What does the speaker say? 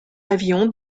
avion